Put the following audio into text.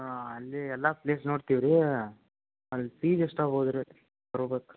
ಹಾಂ ಅಲ್ಲಿ ಎಲ್ಲಾ ಪ್ಲೇಸ್ ನೋಡ್ತಿವಿ ರೀ ಅಲ್ಲಿ ಫೀಸ್ ಎಷ್ಟಾಗ್ಬೋದು ರೀ ರೋಬಕ್ಕೆ